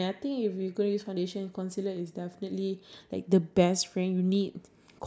and then use another half let let let it eh okay let it dry and then use another pump